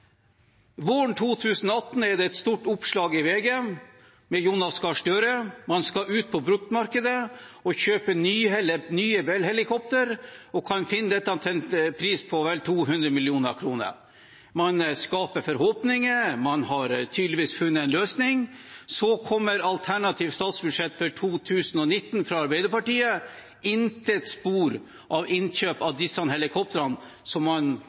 Våren 2018 er det et stort oppslag i VG med Jonas Gahr Støre. Man skal ut på bruktmarkedet og kjøpe nye Bell-helikoptre og kan finne disse til en pris av vel 200 mill. kr. Man skaper forhåpninger; man har tydeligvis funnet en løsning. Så kommer alternativt statsbudsjett for 2019 fra Arbeiderpartiet: intet spor av innkjøp av disse helikoptrene som man